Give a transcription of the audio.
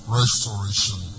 restoration